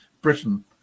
Britain